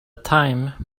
time